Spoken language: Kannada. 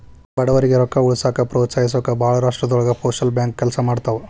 ಬಡವರಿಗಿ ರೊಕ್ಕ ಉಳಿಸೋಕ ಪ್ರೋತ್ಸಹಿಸೊಕ ಭಾಳ್ ರಾಷ್ಟ್ರದೊಳಗ ಪೋಸ್ಟಲ್ ಬ್ಯಾಂಕ್ ಕೆಲ್ಸ ಮಾಡ್ತವಾ